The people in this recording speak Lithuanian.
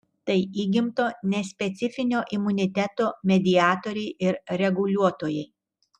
tai įgimto nespecifinio imuniteto mediatoriai ir reguliuotojai